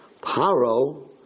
Paro